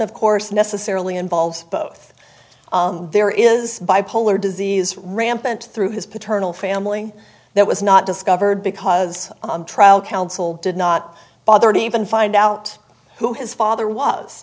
of course necessarily involves both there is bipolar disease rampant through his paternal family that was not discovered because trial counsel did not bother to even find out who his father was